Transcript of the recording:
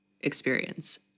experience